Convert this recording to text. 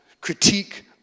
critique